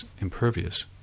impervious